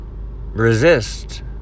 resist